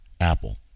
Apple